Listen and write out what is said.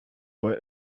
but